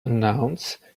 announce